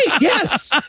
Yes